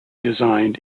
designed